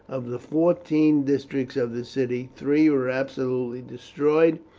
of the fourteen districts of the city three were absolutely destroyed,